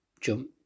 jump